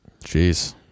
Jeez